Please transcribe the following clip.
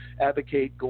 advocate